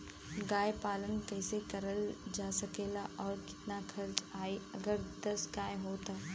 गाय पालन कइसे करल जा सकेला और कितना खर्च आई अगर दस गाय हो त?